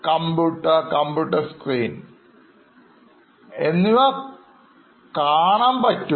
computer computer screen എന്നിവ കാണാൻ പറ്റും